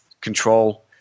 control